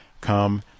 Come